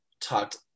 talked